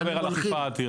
אני לא מדבר על אכיפה אדירה.